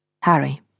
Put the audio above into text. Harry